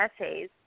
essays